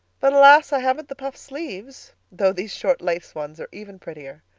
but, alas! i haven't the puffed sleeves though these short lace ones are even prettier.